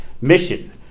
mission